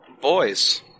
Boys